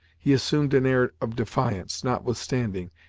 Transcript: he assumed an air of defiance, notwithstanding,